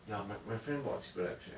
ya my my friend bought a Secretlab chair